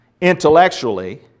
intellectually